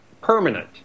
permanent